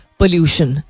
pollution